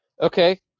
okay